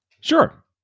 Sure